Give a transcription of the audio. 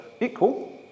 equal